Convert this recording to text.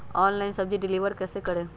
Online सब्जी deliver कैसे करें?